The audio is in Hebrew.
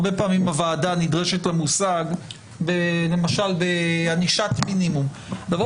הרבה פעמים הוועדה נדרשת למושג למשל בענישת מינימום נבוא